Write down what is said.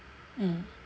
mm